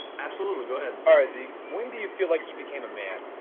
absolutely. go ahead all right, zeke, when do you feel like you became a man?